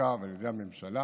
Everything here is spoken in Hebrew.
לחקיקה ועל ידי הממשלה.